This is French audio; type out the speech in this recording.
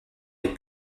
les